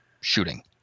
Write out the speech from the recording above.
shooting